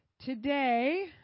Today